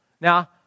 Now